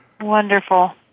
Wonderful